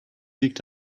liegt